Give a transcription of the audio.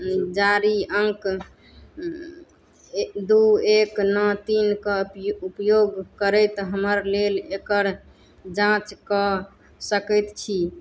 जारी अङ्क दू एक नओ तीनके उपयोग करैत हमर लेल एकर जाँच कऽ सकैत छी